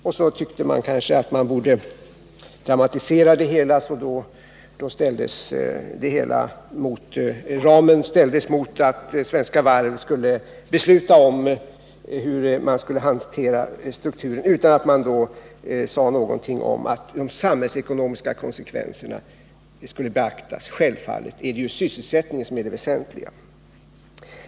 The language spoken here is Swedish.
Man tyckte man skulle dramatisera det hela, och så ställde man upp ramen och detta att Svenska Varv skulle besluta om hur man kan hantera strukturen, men man sade inte någonting om hänsynen till de samhällsekonomiska konsekvenserna. Dessa skall ju självfallet beaktas. Det är ju sysselsättningen som är det väsentliga.